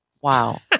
Wow